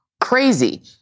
crazy